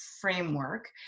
framework